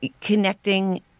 connecting